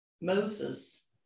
Moses